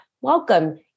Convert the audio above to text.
welcome